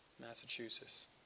Massachusetts